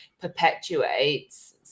perpetuates